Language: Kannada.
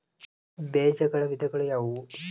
ಬೇಜಗಳ ವಿಧಗಳು ಯಾವುವು?